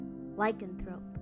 lycanthrope